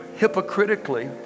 hypocritically